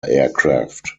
aircraft